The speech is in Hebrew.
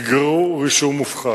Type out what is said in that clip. יגררו רישום מופחת.